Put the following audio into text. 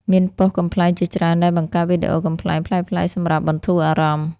មានប៉ុស្តិ៍កំប្លែងជាច្រើនដែលបង្កើតវីដេអូកំប្លែង ប្លែកៗ សម្រាប់បន្ធូរអារម្មណ៍។